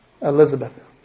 Elizabeth